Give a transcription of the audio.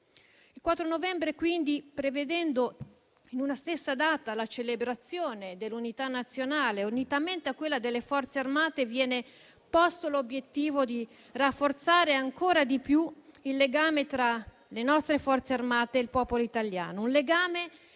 Il 4 novembre, quindi, prevedendo in una stessa data la celebrazione dell'Unità nazionale unitamente a quella delle Forze Armate, viene posto l'obiettivo di rafforzare, ancora di più, il legame tra le nostre Forze armate e il popolo italiano.